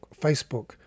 Facebook